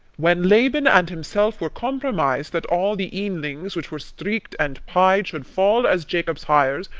when laban and himself were compromis'd that all the eanlings which were streak'd and pied should fall as jacob's hire,